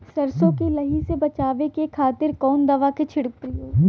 सरसो के लही से बचावे के खातिर कवन दवा के प्रयोग होई?